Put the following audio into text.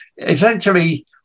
essentially